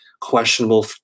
questionable